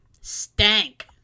Stank